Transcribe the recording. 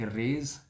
raise